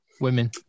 women